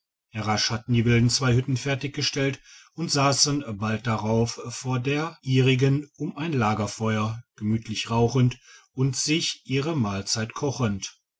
die wilden zwei hütten fertiggestellt und sassen bald darauf vor der ihrigen um ein lagerfeuer gemütlich rauchend und sich ihre mahlzeit kochend